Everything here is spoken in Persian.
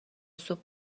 صبح